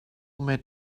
met